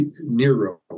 Nero